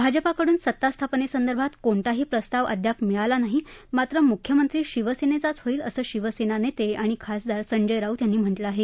भाजपाकडून सत्ता स्थापनेसंदर्भात कोणताही प्रस्ताव अद्याप मिळाला नाही मात्र मुख्यमंत्री शिवसेनेचाचं होईल असं शिवसेना नेते आणि खासदार संजय राऊत यांनी म्हटलं आहे